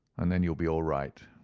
and then you'll be all right.